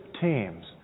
teams